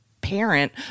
parent